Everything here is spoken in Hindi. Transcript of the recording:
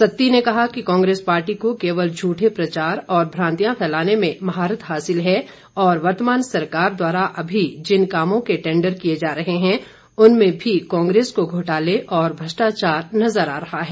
सत्ती ने कहा कि कांग्रेस पार्टी को केवल झूठे प्रचार और भ्रातियां फैलाने में महारत हासिल है और वर्तमान सरकार द्वारा अभी जिन कामों के टैंडर किए जा रहे हैं उनमें भी कांग्रेस को घोटाले और भ्रष्टाचार नजर आ रहा है